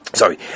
sorry